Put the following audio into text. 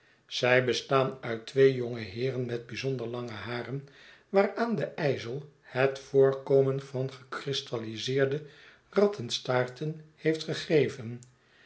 zij bestaan uit twee jonge heeren met bijzonder lange haren waaraan de ijzel het voorkomen van gekristalliseerde rattenstaarten heeft gegeven